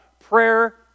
Prayer